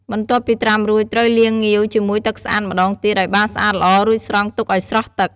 បន្ទាប់ពីត្រាំរួច ត្រូវលាងងាវជាមួយទឹកស្អាតម្ដងទៀតឱ្យបានស្អាតល្អ រួចស្រង់ទុកឱ្យស្រស់ទឹក។